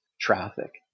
traffic